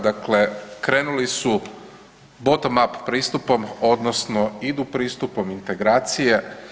Dakle, krenuli su bottom up pristupom odnosno idu pristupom integracije.